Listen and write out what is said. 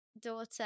daughter